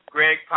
Greg